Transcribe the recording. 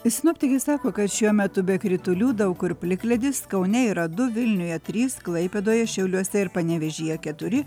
sinoptikai sako kad šiuo metu be kritulių daug kur plikledis kaune yra du vilniuje trys klaipėdoje šiauliuose ir panevėžyje keturi